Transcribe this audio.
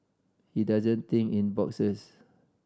he doesn't think in boxes